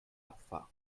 abfahren